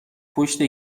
پشت